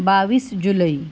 बावीस जुलई